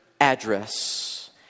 address